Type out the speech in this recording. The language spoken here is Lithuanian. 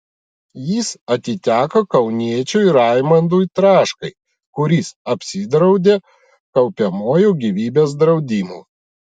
jis atiteko kauniečiui raimondui traškai kuris apsidraudė kaupiamuoju gyvybės draudimu